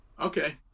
Okay